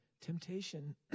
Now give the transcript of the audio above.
temptation